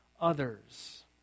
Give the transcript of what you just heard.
others